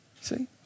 See